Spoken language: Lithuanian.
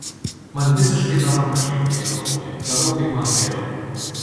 man visiškai dalampački ką jie galvoja darau kaip man geriau